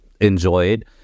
enjoyed